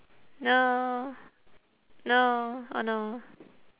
no no oh no